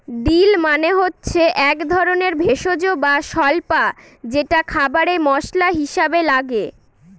deal মানে হচ্ছে এক ধরনের ভেষজ বা স্বল্পা যেটা খাবারে মশলা হিসাবে লাগে